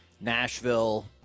Nashville